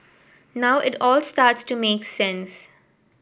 now it all starts to make sense